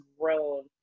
grown